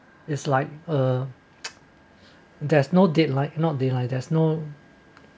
is like uh there's no deadline no deadline there's no